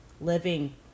living